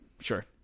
Sure